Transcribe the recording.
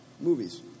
movies